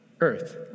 earth